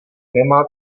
nemá